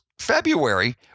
February